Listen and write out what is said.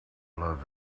love